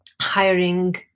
hiring